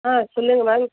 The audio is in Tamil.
ஆ சொல்லுங்கள் மேம்